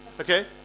Okay